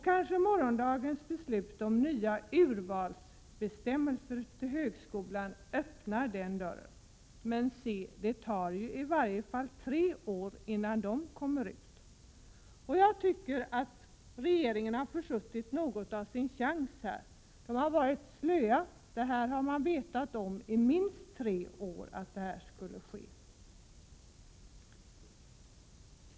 Kanske morgondagens beslut om nya urvalsbestämmelser för intagning till högskolan öppnar den dörren. Men det tar åtminstone tre år innan de kommer ut. Jag tycker att regeringen har försuttit sin chans på grund av slöhet. I minst tre år har man känt till vad som skulle ske.